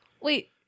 wait